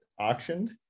auctioned